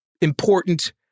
important